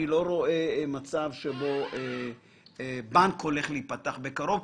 אני לא רואה מצב שבו בנק הולך להיפתח בקרוב.